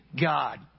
God